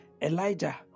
Elijah